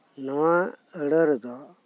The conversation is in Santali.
ᱱᱚᱣᱟ ᱟᱹᱲᱟᱹ ᱨᱮᱫᱚ